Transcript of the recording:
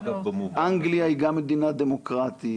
אנגליה היא גם מדינה דמוקרטית.